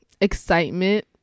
excitement